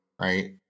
right